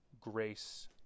grace